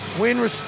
win